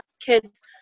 kids